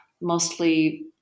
mostly